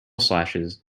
slashes